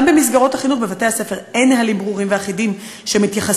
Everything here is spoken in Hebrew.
גם במסגרות החינוך בבתי-הספר אין נהלים ברורים ואחידים שמתייחסים